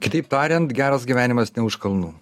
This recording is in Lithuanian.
kitaip tariant geras gyvenimas ne už kalnų